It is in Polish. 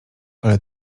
ale